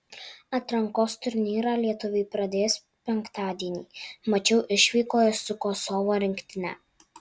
atrankos turnyrą lietuviai pradės penktadienį maču išvykoje su kosovo rinktine